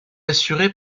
assurés